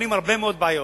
זה.